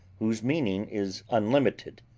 whose meaning is unlimited.